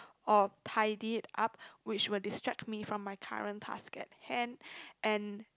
or tidy it up which will distract me from my current task at hand